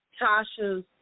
Tasha's